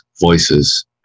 voices